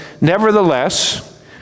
Nevertheless